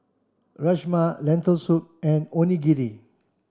Rajma Lentil soup and Onigiri